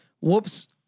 whoops